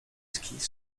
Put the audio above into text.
skis